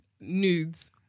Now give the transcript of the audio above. nudes